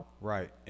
Right